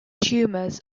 tumors